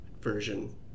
version